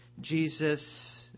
Jesus